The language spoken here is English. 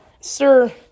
Sir